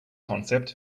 concept